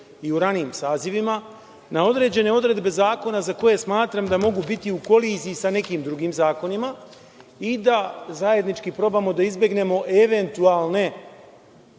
i u ranijim sazivima, na određene odredbe zakona za koje smatram da mogu biti u koliziji sa nekim drugim zakonima i da zajednički probamo da izbegnemo eventualne